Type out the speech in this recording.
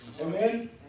Amen